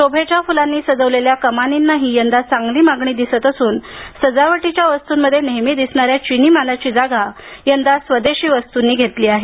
शोभेच्या फुलांनी सजवलेल्या कमानींनाही यंदा चांगली मागणी दिसत असून सजावटीच्या वस्तूंमध्ये नेहेमी दिसणाऱ्या चिनी मालाची जागा यंदा स्वदेशी वस्तूंनी घेतली आहे